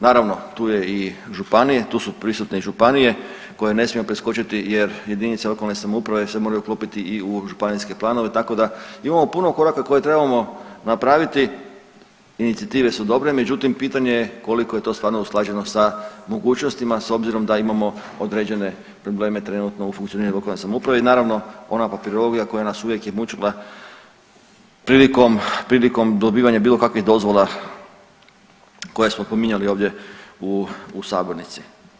Naravno tu je i županije, tu su prisutne i županije koje ne smijemo preskočiti jer JLS se moraju uklopiti i u županijske planove, tako da imamo puno koraka koje trebamo napraviti, inicijative su dobre, međutim pitanje je koliko je to stvarno usklađeno sa mogućnostima s obzirom da imamo određene probleme trenutno u funkcioniranju lokalne samouprave i naravno ona papirologija koja nas uvijek je mučila prilikom, prilikom dobivanja bilo kakvih dozvola koje smo spominjali ovdje u sabornici.